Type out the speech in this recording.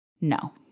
no